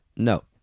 No